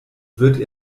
wird